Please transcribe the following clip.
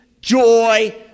joy